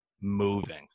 moving